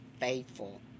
faithful